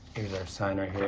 is our sign right here.